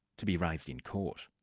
to be raised in court.